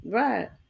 right